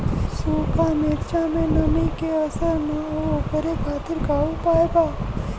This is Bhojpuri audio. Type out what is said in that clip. सूखा मिर्चा में नमी के असर न हो ओकरे खातीर का उपाय बा?